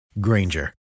Granger